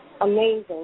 Amazing